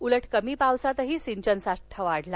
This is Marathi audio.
उलट कमी पावसातही सिंचन साठा वाढला